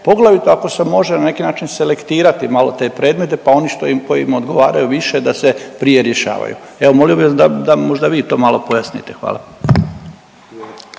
poglavito ako se može, na neki način selektirati malo te predmete pa oni što im, koji im odgovaraju više, da se prije rješavaju. Evo, molio bih vas da možda vi to malo pojasnite. Hvala.